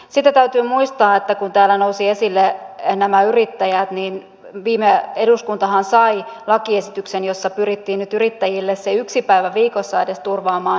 sitten täytyy muistaa kun täällä nousivat esille nämä yrittäjät että viime eduskuntahan sai lakiesityksen jossa pyrittiin nyt yrittäjille se yksi päivä viikossa edes turvaamaan vapaapäivänä